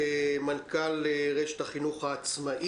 אני מתכבד לפתוח את ישיבת ועדת החינוך של הכנסת.